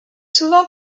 souvent